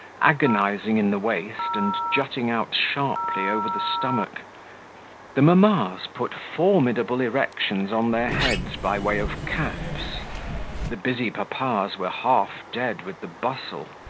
agonising in the waist and jutting out sharply over the stomach the mammas put formidable erections on their heads by way of caps the busy papas were half dead with the bustle.